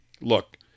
look